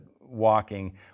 walking